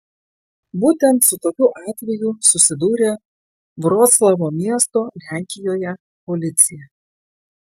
būtent su tokiu atveju susidūrė vroclavo miesto lenkijoje policija